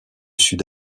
sud